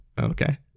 Okay